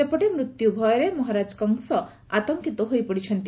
ସେପଟେ ମୃତ୍ୟୁ ଭୟରେ ମହାରାଜ କଂସ ଆତଙ୍କିତ ହୋଇପଡ଼ିଛନ୍ତି